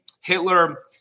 Hitler